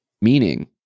meaning